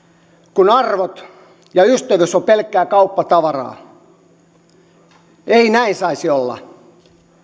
kun arvot ja ystävyys ovat pelkkää kauppatavaraa ei näin saisi olla